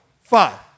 five